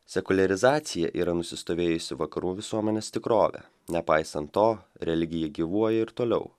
sekuliarizacija yra nusistovėjusi vakarų visuomenės tikrovė nepaisant to religija gyvuoja ir toliau